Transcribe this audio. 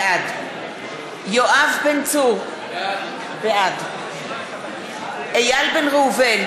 בעד יואב בן צור, בעד איל בן ראובן,